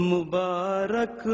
Mubarak